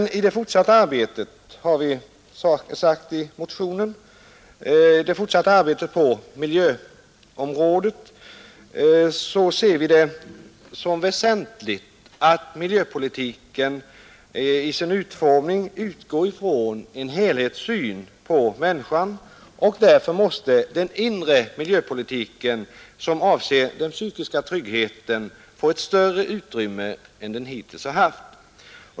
Vi har emellertid i motionen sagt att vi i det fortsatta arbetet på miljöområdet ser det som väsentligt att miljöpolitiken i sin utformning utgår från en helhetssyn på människan. Därför måste den inre miljöpolitiken, som avser den psykiska tryggheten, få ett större utrymme än den hittills haft.